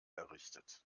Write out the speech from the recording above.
errichtet